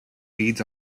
feeds